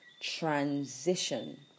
transition